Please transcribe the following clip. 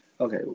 Okay